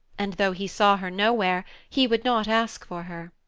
and though he saw her nowhere, he would not ask for her.